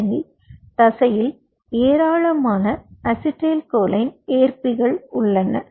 ஏனெனில் தசையில் ஏராளமான அசிடைல்கொலின் ஏற்பிகள் உள்ளன